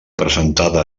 presentada